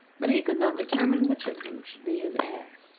but he could not determine which of them should be his heir.